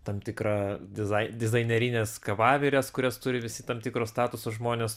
tam tikrą dizai dizainerines kavavires kurias turi visi tam tikro statuso žmonės